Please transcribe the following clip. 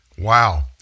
Wow